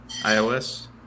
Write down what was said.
iOS